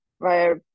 via